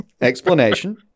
Explanation